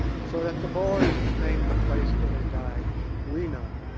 so that the boers named the place where they died weenen,